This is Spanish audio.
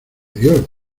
dios